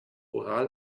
oral